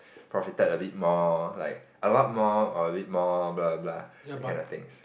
profited a bit more like a lot more or a bit more blah blah blah that kind of things